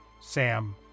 Sam